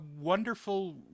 wonderful